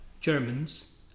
Germans